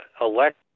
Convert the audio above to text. elect